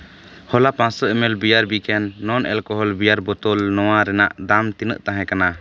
ᱦᱚᱞᱟ ᱯᱟᱸᱥᱥᱳ ᱮᱢᱮᱞ ᱵᱤᱭᱟᱨ ᱱᱚᱱ ᱮᱞᱠᱳᱦᱚᱞ ᱵᱤᱭᱟᱨ ᱵᱳᱛᱚᱞ ᱱᱚᱣᱟ ᱨᱮᱭᱟᱜ ᱫᱟᱢ ᱛᱤᱱᱟᱹᱜ ᱛᱟᱦᱮᱸ ᱠᱟᱱᱟ